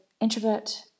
introvert